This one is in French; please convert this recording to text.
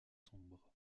sombre